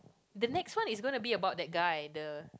the next one is gonna be about that guy the